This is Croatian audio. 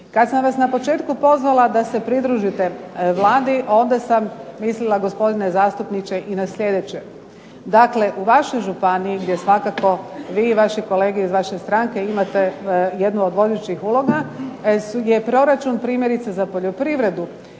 Kad sam vas na početku pozvala da se pridružite Vladi onda sam mislila gospodine zastupniče i na slijedeće: dakle, u vašoj županiji gdje svakako vi i vaše kolege iz vaše stranke imate jednu od vodećih uloga je proračun primjerice za poljoprivredu